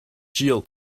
yield